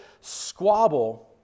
squabble